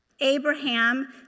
Abraham